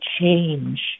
change